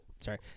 sorry